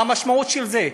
מה המשמעות של זה?